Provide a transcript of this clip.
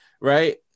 right